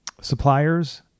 suppliers